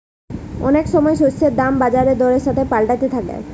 অনেক সময় শস্যের দাম বাজার দরের সাথে পাল্টাতে থাকছে